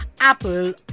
Apple